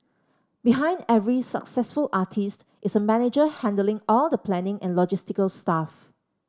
behind every successful artist is a manager handling all the planning and logistical stuff